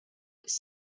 its